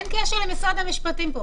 אין קשר למשרד המשפטים.